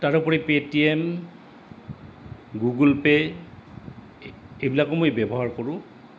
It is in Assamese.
তাৰোপৰি পে'টিএম গুগল পে' এইবিলাকো মই ব্যৱহাৰ কৰোঁ